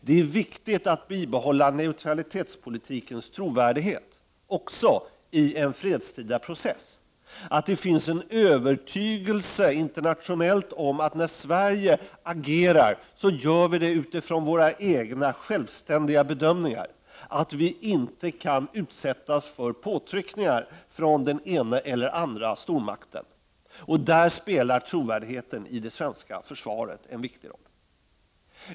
Det är viktigt att bibehålla neutralitetspolitikens trovärdighet också i en fredstida process, att det finns övertygelse internationellt om att när Sverige agerar gör vi det utifrån våra egna självständiga bedömningar, att vi inte kan utsättas för påtryckningar från den ena eller den andra stormakten. Där spelar trovärdigheten i det svenska försvaret en viktig roll.